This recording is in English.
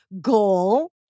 goal